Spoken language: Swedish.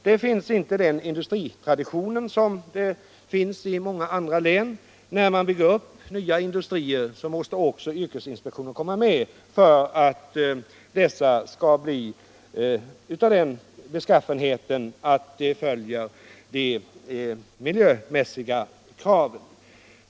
Där finns inte en sådan industritradition som man har i många andra län. När nya industrier byggs upp måste också yrkesinspektionen vara med för att se till att dessa uppfyller de miljömässiga kraven.